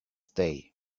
day